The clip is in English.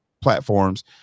platforms